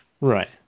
Right